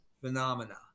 phenomena